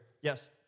Yes